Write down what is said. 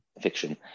fiction